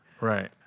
Right